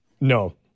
no